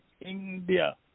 India